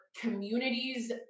communities